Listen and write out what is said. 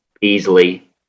easily